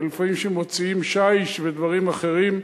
ולפעמים מוציאים שיש ודברים אחרים.